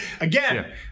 Again